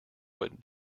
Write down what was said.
what